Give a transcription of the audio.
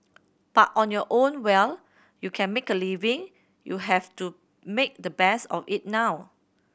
but on your own well you can make a living you have to make the best of it now